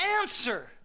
answer